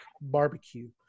barbecue